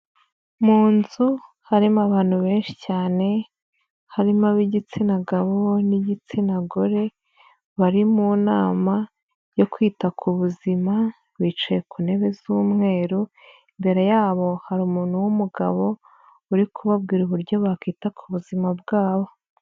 Mu nzu harimo abantu benshi cyane, harimo ab'igitsina gabo n'igitsina gore, bari mu nama yo kwita ku buzima, bicaye ku ntebe z'umweru, imbere yabo hari umuntu w'umugabo, uri kubabwira uburyo bakwita ku buzima bwabo.